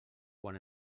quan